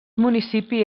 municipi